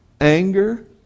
anger